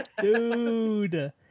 dude